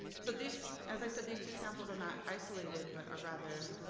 so these, as i said, these two examples are not isolated, but are rather,